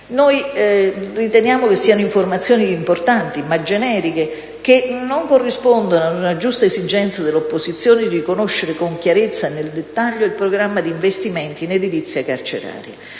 Noi riteniamo che siano informazioni importanti ma generiche, che non corrispondono ad una giusta esigenza dell'opposizione di conoscere con chiarezza, nel dettaglio, il programma di investimenti in edilizia carceraria.